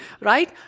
right